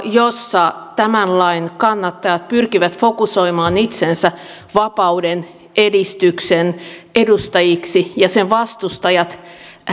jossa tämän lain kannattajat pyrkivät fokusoimaan itsensä vapauden edistyksen edustajiksi ja sen vastustajat